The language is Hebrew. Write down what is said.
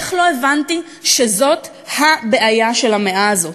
איך לא הבנתי שזאת ה-בעיה של המאה הזאת?